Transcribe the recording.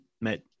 met